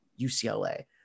UCLA